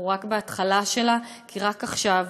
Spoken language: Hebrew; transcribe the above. אנחנו רק בהתחלה שלה, כי רק עכשיו